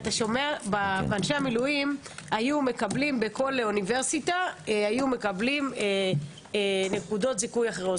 אנשי המילואים היו מקבלים בכל אוניברסיטה נקודות זיכוי אחרות.